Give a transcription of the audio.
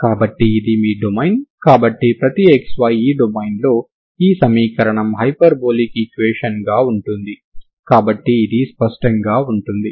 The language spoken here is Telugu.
కాబట్టి ఇది మీ డొమైన్ కాబట్టి ప్రతి xy ఈ డొమైన్లో ఈ సమీకరణం హైపర్బోలిక్ ఈక్వేషన్ గా ఉంటుంది కాబట్టి ఇది స్పష్టంగా ఉంటుంది